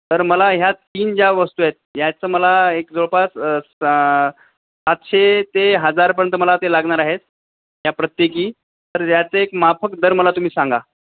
तर मला ह्या तीन ज्या वस्तू आहेत याचं मला एक जवळपास सा सातशे ते हजारपर्यंत मला ते लागणार आहेत या प्रत्येकी तर याचं एक माफक दर मला तुम्ही सांगा